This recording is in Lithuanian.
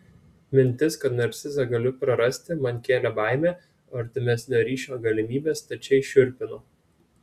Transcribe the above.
mintis kad narcizą galiu prarasti man kėlė baimę o artimesnio ryšio galimybė stačiai šiurpino